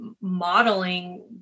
modeling